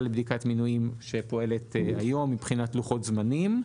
לבדיקת מינויים שפועלת היום מבחינת לוחות זמנים.